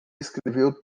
escreveu